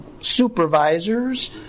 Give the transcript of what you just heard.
supervisors